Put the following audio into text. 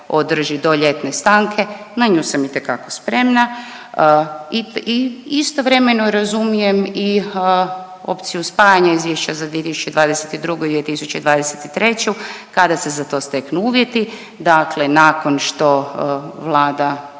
održi do ljetne stanke na nju sam itekako spremna i istovremeno razumijem i opciju spajanja izvješća za 2022. i 2023. kada se za to steknu uvjeti dakle nakon što Vlada